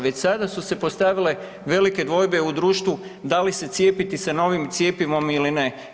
Već sada su se postavile velike dvojbe u društvu da li se cijepiti sa novim cjepivom ili ne.